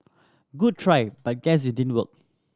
good try but guess it didn't work